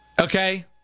Okay